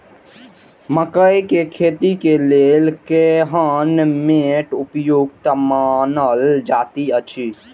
मकैय के खेती के लेल केहन मैट उपयुक्त मानल जाति अछि?